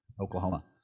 Oklahoma